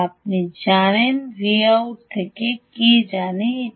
আপনি Vout জানেন এখানে এটি কিছুই নয়